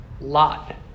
lot